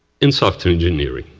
in software engineering.